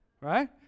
Right